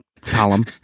column